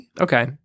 Okay